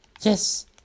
Yes